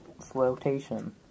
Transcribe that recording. Flotation